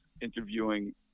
interviewing